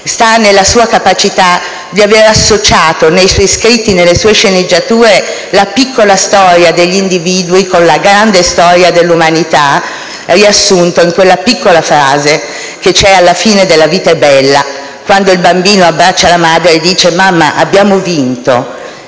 sta nella sua capacità di aver associato nei suoi scritti e nelle sue sceneggiature la piccola storia degli individui con la grande storia dell'umanità, riassunto in quella semplice frase che c'è alla fine di «La vita è bella», quando il bambino abbraccia la madre e dice: «Mamma, abbiamo vinto».